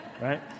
Right